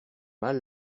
mal